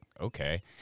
okay